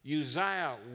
Uzziah